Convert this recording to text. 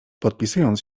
podpisując